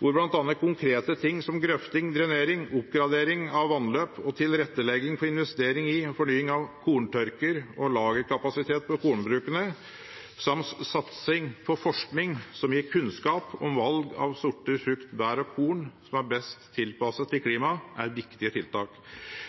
hvor bl.a. konkrete ting som grøfting, drenering, oppgradering av vannløp og tilrettelegging for investering i og fornying av korntørker og lagerkapasitet ved kornbrukene, samt satsing på forskning som gir kunnskap om valg av sorter av frukt, bær og korn som er best tilpasset til klimaet, er viktige tiltak.